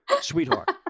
sweetheart